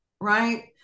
Right